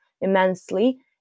immensely